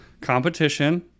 competition